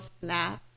snap